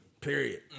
Period